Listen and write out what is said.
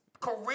career